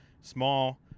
small